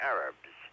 Arabs